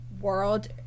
world